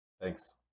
Thanks